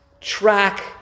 track